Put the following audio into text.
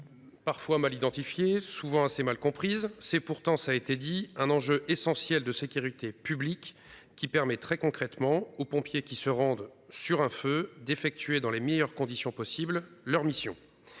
Parfois mal identifié souvent assez mal comprises. C'est pourtant ça a été dit un enjeu essentiel de sécurité publique qui permettrait concrètement aux pompiers qui se rendent sur un feu d'effectuer dans les meilleures conditions possibles. Leur mission.